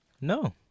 No